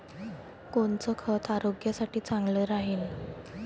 कोनचं खत आरोग्यासाठी चांगलं राहीन?